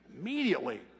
immediately